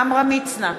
עמרם מצנע,